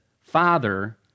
Father